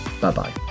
Bye-bye